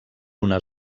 una